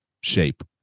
shape